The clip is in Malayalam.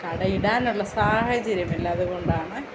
കട ഇടാനുള്ള സാഹചര്യമില്ല അതുകൊണ്ടാണ്